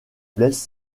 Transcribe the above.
blesse